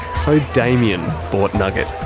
so damien bought nugget.